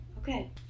Okay